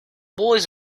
boys